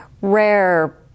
rare